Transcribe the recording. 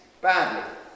badly